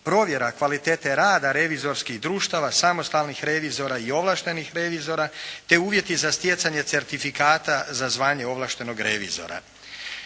provjera kvalitete rada revizorskih društava, samostalnih revizora i ovlaštenih revizora, te uvjeti za stjecanje certifikata za zvanje ovlaštenog revizora.